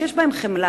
שיש בהם חמלה,